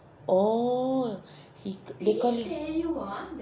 oh he they call you